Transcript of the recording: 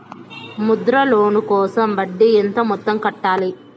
Mudra loan కోసం వడ్డీ ఎంత మొత్తం కట్టాలి